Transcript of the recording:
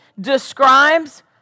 describes